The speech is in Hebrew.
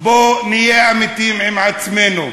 בואו נהיה אמיתיים עם עצמנו.